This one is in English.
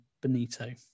Benito